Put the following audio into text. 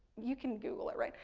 you can google it, right.